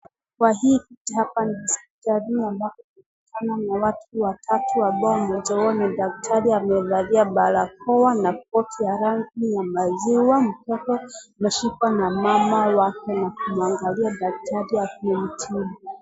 Kwahi Japani. Jali na mama na watu watatu ambao mmoja wao ni daktari amevalia barakoa na koti ya rangi ya maziwa. Mtoto ameshukwa na mama wake na kumwangalia daktari akimwitia.